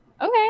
okay